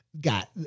got